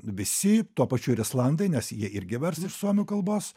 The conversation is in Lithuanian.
visi tuo pačiu ir islandai nes jie irgi vers iš suomių kalbos